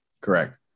Correct